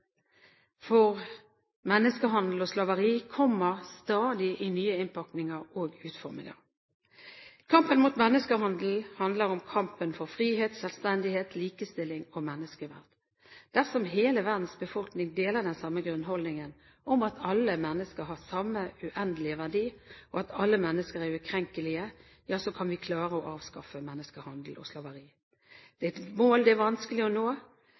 for menneskehandel og slaveri kommer stadig i nye innpakninger og utforminger. Kampen mot menneskehandel handler om kampen for frihet, selvstendighet, likestilling og menneskeverd. Dersom hele verdens befolkning deler den samme grunnholdningen om at alle mennesker har samme, uendelige verdi, og at alle mennesker er ukrenkelige, ja, så kan vi klare å avskaffe menneskehandel og slaveri. Det er et mål det er vanskelig å nå,